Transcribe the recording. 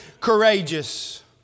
courageous